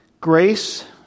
Grace